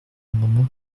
l’amendement